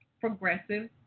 progressive